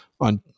on